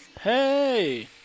Hey